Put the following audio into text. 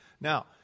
Now